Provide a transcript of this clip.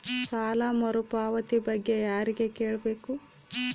ಸಾಲ ಮರುಪಾವತಿ ಬಗ್ಗೆ ಯಾರಿಗೆ ಕೇಳಬೇಕು?